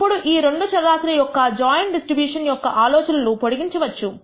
ఇప్పుడు ఈ రెండు చరరాశులు యొక్క జాయింట్ డిస్ట్రిబ్యూషన్ యొక్క ఆలోచనలు పొడిగించవచ్చు